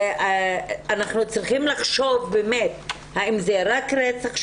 אנחנו צריכים לחשוב האם אנחנו מדברים רק על רצח,